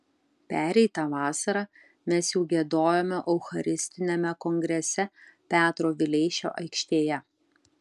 pereitą vasarą mes jau giedojome eucharistiniame kongrese petro vileišio aikštėje